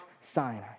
Sinai